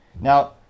Now